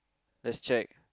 let's check